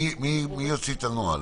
מי יוציא את הנוהל?